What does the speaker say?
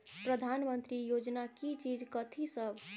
प्रधानमंत्री योजना की चीज कथि सब?